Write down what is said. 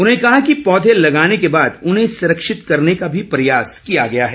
उन्होंने कहा कि पौधे लगाने के बाद उन्हें संरक्षित करने का भी प्रयास किया गया है